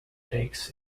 takes